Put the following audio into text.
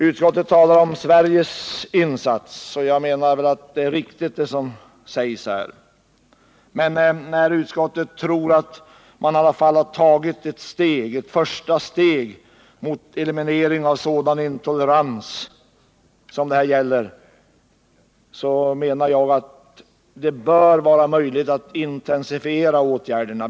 Utskottet redogör för Sveriges insats, och det som sägs är riktigt. Men när utskottet tror att man i alla fall har tagit ett första steg mot eliminering av sådan intolerans som det är fråga om, menar jag att det bör vara möjligt att intensifiera åtgärderna.